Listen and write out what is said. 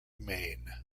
maine